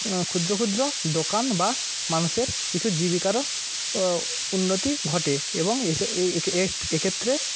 ক্ষুদ্র ক্ষুদ্র দোকান বা মানুষের কিছু জীবিকারও উন্নতি ঘটে এবং এক্ষেত্রে